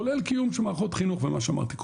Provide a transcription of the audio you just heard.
כולל קיום של מערכות חינוך ומה שאמרתי קודם,